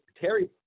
Terry